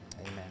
Amen